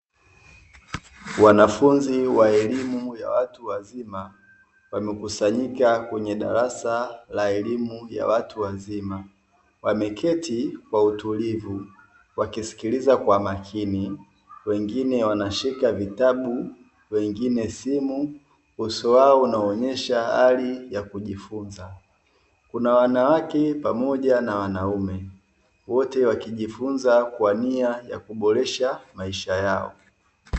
Wanafunzi wa elimu ya watu wazima wamekusanyika kwenye darasa la elimu ya watu wazima, wameketi kwa utulivu wakisikiliza kwa makini wengine wanashika vitabu, wengine simu uso wao hunaonyesha hali ya kujifunza. Kuna wanawake pamoja na wanaume wote wakijifunza kwa nia ya kuboresha maisha yao.